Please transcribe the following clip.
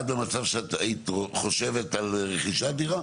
את במצב שאת היית חושבת על רכישת דירה?